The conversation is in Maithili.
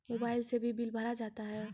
मोबाइल से भी बिल भरा जाता हैं?